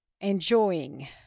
enjoying